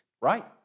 right